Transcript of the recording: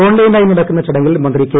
ഓൺലൈനായി നടക്കുന്ന ചടങ്ങിൽ മന്ത്രി കെ